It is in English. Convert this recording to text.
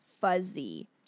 fuzzy